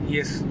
Yes